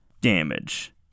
Damage